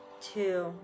Two